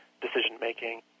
decision-making